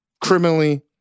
criminally